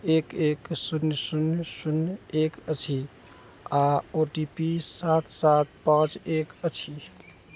एक एक शुन्य शुन्य शुन्य एक अछि आओर ओ टी पी सात सात पाँच एक अछि